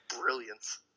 brilliance